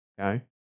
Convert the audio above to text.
Okay